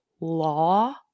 Law